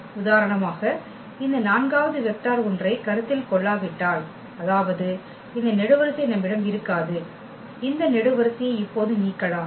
உதாரணமாக இந்த நான்காவது வெக்டர் ஒன்றை கருத்தில் கொள்ளாவிட்டால் அதாவது இந்த நெடுவரிசை நம்மிடம் இருக்காது இந்த நெடு வரிசையை இப்போது நீக்கலாம்